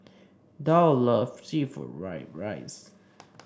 Dow loves seafood Fried Rice